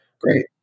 Great